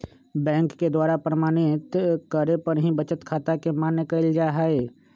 bank के द्वारा प्रमाणित करे पर ही बचत खाता के मान्य कईल जाहई